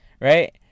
right